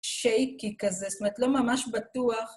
שייקי כזה, זאת אומרת, לא ממש בטוח.